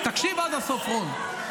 תקשיב עד הסוף, רון.